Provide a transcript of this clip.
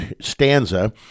stanza